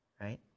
Right